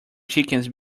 chickens